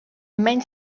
menys